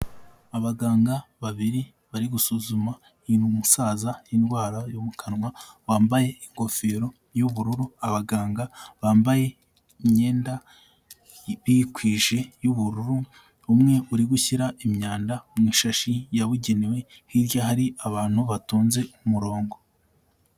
Abaganga babiri bari gusuzuma, uyu musaza indwara yo mu kanwa wambaye ingofero y'ubururu, abaganga bambaye imyenda bikwije y'ubururu, umwe uri gushyira imyanda mu ishashi yabugenewe, hirya hari abantu batonze umurongo.